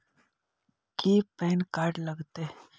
की PAN card लग तै?